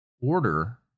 order